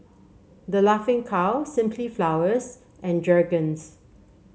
The Laughing Cow Simply Flowers and Jergens